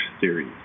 Series